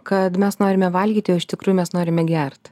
kad mes norime valgyti o iš tikrųjų mes norime gert